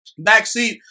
backseat